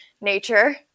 nature